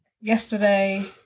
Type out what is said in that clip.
yesterday